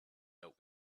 out